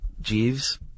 Jeeves